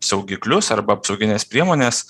saugiklius arba apsaugines priemones